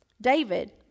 David